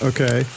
Okay